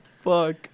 fuck